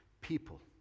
people